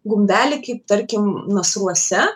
gumbeliai kaip tarkim nasruose